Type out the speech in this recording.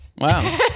Wow